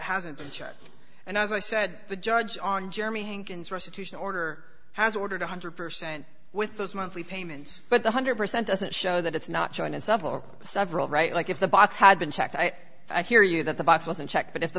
hasn't been charged and as i said the judge on jeremy hankins restitution order has ordered one hundred percent with those monthly payments but one hundred percent doesn't show that it's not joined in several several right like if the box had been checked i hear you that the box wasn't checked but if the